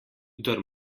kdor